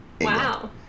Wow